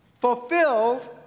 fulfilled